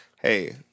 Hey